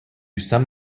some